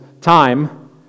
time